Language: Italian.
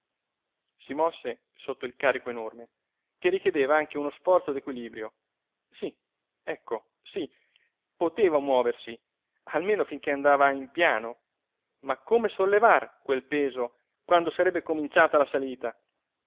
si mosse sotto il carico enorme che richiedeva anche uno sforzo d'equilibrio sí ecco sí poteva muoversi almeno finché andava in piano ma come sollevar quel peso quando sarebbe cominciata la salita